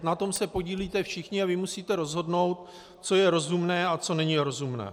Na tom se podílíte všichni a vy musíte rozhodnout, co je rozumné a co není rozumné.